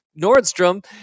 Nordstrom